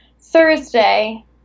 Thursday